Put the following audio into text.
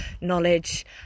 knowledge